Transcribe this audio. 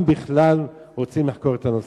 אם בכלל רוצים לחקור את הנושא.